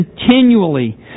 continually